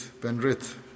Penrith